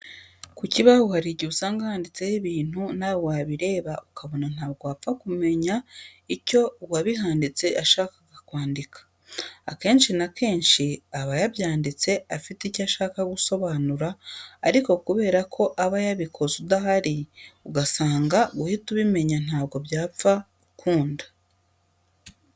Ku kibaho hari igihe usanga handitseho ibintu nawe wabireba ukabona ntabwo wapfa kumenya icyo uwabihanditse yashakaga kwandika. Akenshi na kenshi aba yabyanditse afite icyo ashaka gusobanura ariko kubera ko aba yabikoze udahari, ugasanga guhita ubimenya ntabwo byapfa gukunda.